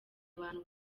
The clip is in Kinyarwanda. abantu